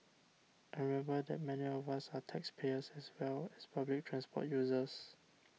and remember that many of us are taxpayers as well as public transport users